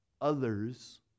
others